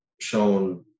shown